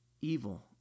evil